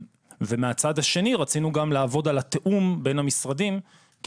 ומהצד השני רצינו גם לעבוד על התיאום בין המשרדים כי